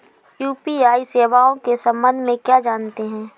UPI सेवाओं के संबंध में क्या जानते हैं?